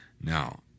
Now